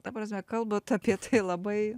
ta prasme kalbat apie tai labai